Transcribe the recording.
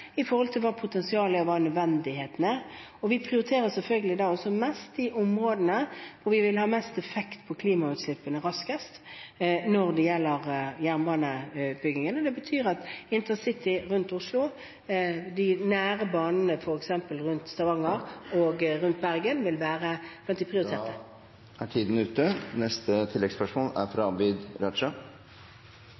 i forhold til hva potensialet er, og hva som er nødvendig. Når det gjelder jernbaneutbyggingen, prioriterer vi selvfølgelig mest de områdene hvor det vil ha mest effekt på klimautslippene raskest. Det betyr at intercity rundt Oslo og de nære banene f.eks. rundt Stavanger og rundt Bergen vil være blant de prioriterte. Abid Q. Raja – til oppfølgingsspørsmål. Det er